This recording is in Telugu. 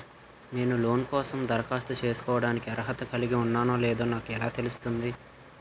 నేను లోన్ కోసం దరఖాస్తు చేసుకోవడానికి అర్హత కలిగి ఉన్నానో లేదో నాకు ఎలా తెలుస్తుంది?